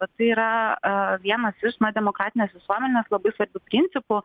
o tai yra a vienas iš na demokratinės visuomenės labai svarbių principų